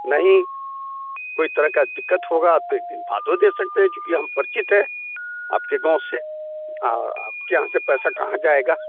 नहीं कोई तरह का दिक्कत होगा तो एक दिन बादवा दे सकते हैं क्योंकि हम परिचित हैं आपके गाँव से और आपके यहाँ से पैसा कहाँ जाएगा